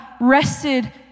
rested